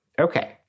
Okay